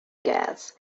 graz